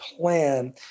plan